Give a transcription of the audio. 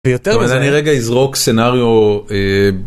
יותר מזה. -אבל אני רגע אזרוק סנריו.